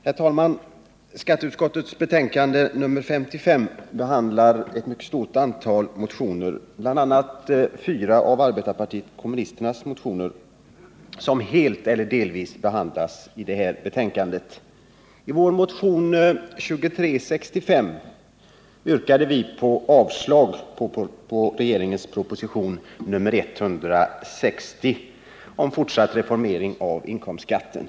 Herr talman! I skatteutskottets betänkande nr 55 behandlas ett mycket stort antal motioner, bl.a. helt eller delvis fyra motioner från arbetarpartiet kommunisterna. I vår motion 2365 yrkar vi avslag på regeringens proposition nr 160 om fortsatt reformering av inkomstskatten.